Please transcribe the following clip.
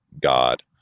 God